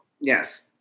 Yes